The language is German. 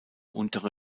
untere